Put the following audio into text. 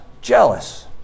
jealous